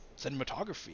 cinematography